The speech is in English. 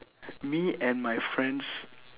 me and my friends